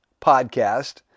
podcast